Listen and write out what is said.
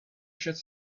shots